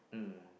mm